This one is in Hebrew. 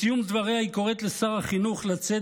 בסיום דבריה היא קוראת לשר החינוך לצאת